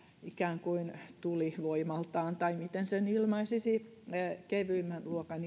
ikään kuin tulivoimaltaan tai miten sen ilmaisisi kevyimmän luokan